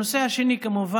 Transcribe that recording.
הנושא השני שמונח,